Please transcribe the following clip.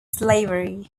slavery